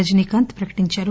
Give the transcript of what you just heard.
రజనీకాంత్ ప్రకటించారు